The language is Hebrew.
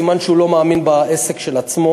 סימן שהוא לא מאמין בעסק של עצמו.